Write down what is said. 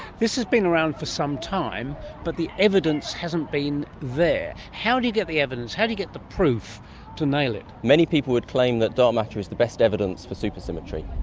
this has been around for some time but the evidence hasn't been there. how do you get the evidence, how do you get the proof to nail it? many people would claim that dark matter is the best evidence for super symmetry.